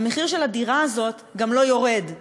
המחיר של הדירה הזאת גם לא יורד,